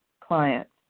clients